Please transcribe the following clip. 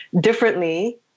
differently